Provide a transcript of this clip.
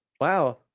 Wow